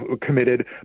committed